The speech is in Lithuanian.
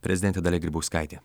prezidentė dalia grybauskaitė